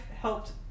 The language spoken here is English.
helped